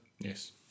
Yes